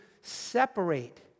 separate